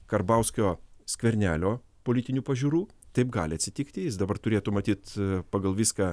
karbauskio skvernelio politinių pažiūrų taip gali atsitikti jis dabar turėtų matyt pagal viską